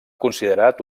considerat